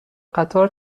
قطار